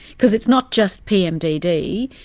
because it's not just pmdd,